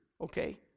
Okay